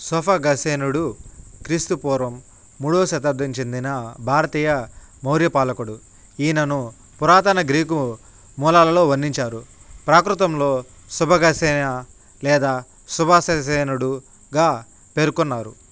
సోఫాగసేనుడు క్రీస్తుపూర్వం మూడవ శతాబ్ధం చెందిన భారతీయ మౌర్య పాలకుడు ఈయనను పురాతన గ్రీకు మూలాలలో వర్ణించారు ప్రాకృతంలో శుభగసేన లేదా శుభాషసేనుడుగా పేర్కొన్నారు